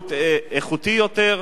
לשירות איכותי יותר,